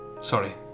Sorry